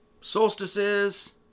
solstices